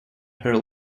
her